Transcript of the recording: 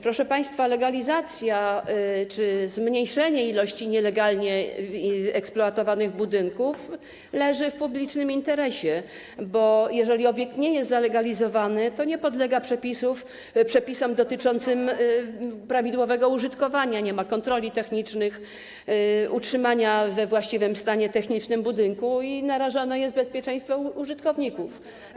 Proszę państwa, legalizacja czy zmniejszenie liczby nielegalnie eksploatowanych budynków leży w publicznym interesie, bo jeżeli obiekt nie jest zalegalizowany, nie podlega przepisom dotyczącym prawidłowego użytkowania, nie ma kontroli technicznych co do utrzymania we właściwym stanie technicznym budynku i narażone jest bezpieczeństwo użytkowników.